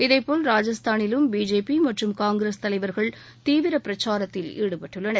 இதேபோல் ராஜஸ்தானிலும் பிஜேபி மற்றும் காங்கிரஸ் தலைவர்கள் தீவிர பிரச்சாரத்தில் ஈடுபட்டுள்ளனர்